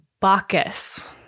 Bacchus